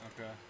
Okay